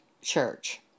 church